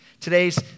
Today's